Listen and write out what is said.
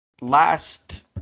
last